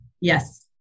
Yes